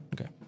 Okay